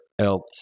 else